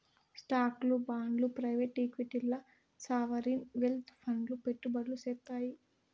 స్టాక్లు, బాండ్లు ప్రైవేట్ ఈక్విటీల్ల సావరీన్ వెల్త్ ఫండ్లు పెట్టుబడులు సేత్తాయి